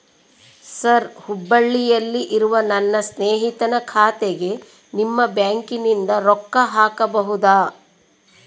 Sir ಹುಬ್ಬಳ್ಳಿಯಲ್ಲಿ ಇರುವ ನನ್ನ ಸ್ನೇಹಿತನ ಖಾತೆಗೆ ನಿಮ್ಮ ಬ್ಯಾಂಕಿನಿಂದ ರೊಕ್ಕ ಹಾಕಬಹುದಾ?